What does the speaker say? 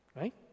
right